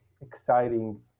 exciting